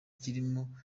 kirimo